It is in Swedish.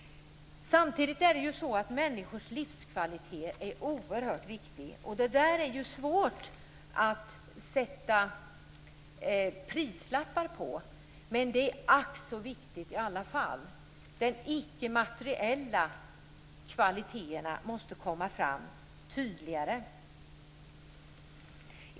Samtidigt är människors livskvalitet oerhört viktig. Det är svårt att sätta prislappar på detta, men det är ack så viktigt i alla fall. De icke materiella kvaliteterna måste komma fram tydligare.